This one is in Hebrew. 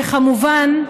וכמובן,